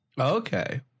Okay